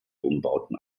umbauten